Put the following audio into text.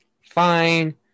Fine